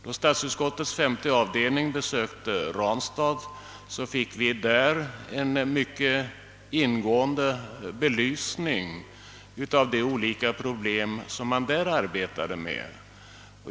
Då statsutskottets femte avdelning besökte Ranstad fick vi en mycket ingående redogörelse för de olika problem som man där arbetar med.